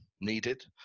needed